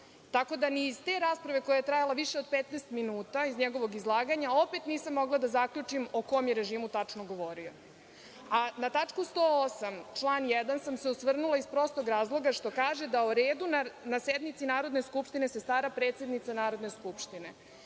tako da ni iz te rasprave koja je trajala više od 15 minuta, iz njegovog izlaganja, opet nisam mogla da zaključim o kom je režimu tačno govorio. Na član 108. stav 1. sam se osvrnula iz prostog razloga što kaže da o redu na sednici Narodne skupštine se stara predsednica Narodne skupštine.